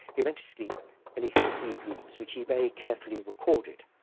he went to sleep and he had three dreams, which he very carefully recorded.